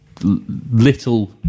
little